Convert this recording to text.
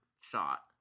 shot